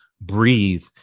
breathe